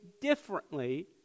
differently